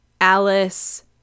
alice